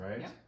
Right